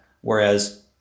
Whereas